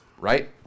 Right